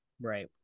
Right